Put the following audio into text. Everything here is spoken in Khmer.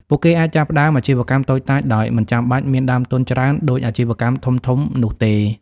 ពួកគេអាចចាប់ផ្តើមអាជីវកម្មតូចតាចដោយមិនចាំបាច់មានដើមទុនច្រើនដូចអាជីវកម្មធំៗនោះទេ។